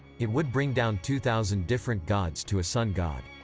it would bring down two thousand different gods to a sun god.